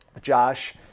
Josh